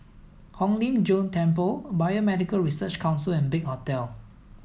Hong Lim Jiong Temple Biomedical Research Council and Big Hotel